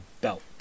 belt